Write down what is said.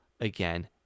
again